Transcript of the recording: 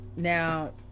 now